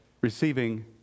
receiving